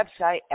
website